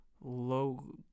low